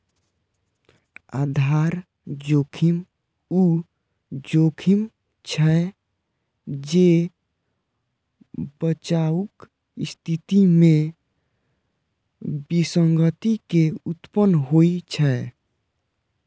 आधार जोखिम ऊ जोखिम छियै, जे बचावक स्थिति मे विसंगति के उत्पन्न होइ छै